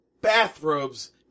bathrobes